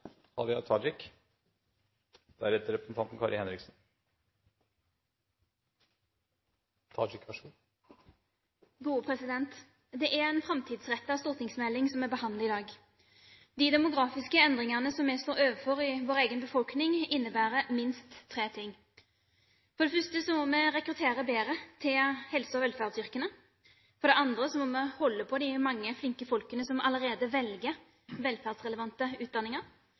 en framtidsrettet stortingsmelding som vi behandler i dag. De demografiske endringene vi står overfor i vår egen befolkning, innebærer minst tre ting. For det første må vi rekruttere bedre til helse- og velferdsyrkene. For det andre må vi holde på de mange flinke folkene som allerede velger velferdsrelevante utdanninger.